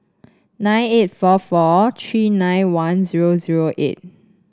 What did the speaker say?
nine eight four four tree nine one zero zero eight